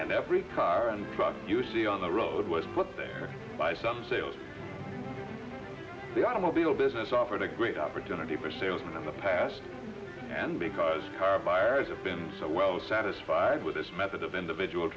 and every car and truck you see on the road was put there by some sales the automobile business offered a great opportunity for sales in the past and because car buyers have been so well satisfied with this method of individual